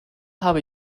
habe